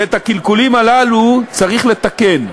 ואת הקלקולים הללו צריך לתקן.